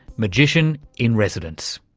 magician in residence.